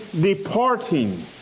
departing